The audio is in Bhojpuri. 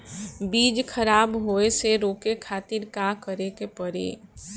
बीज खराब होए से रोके खातिर का करे के पड़ी?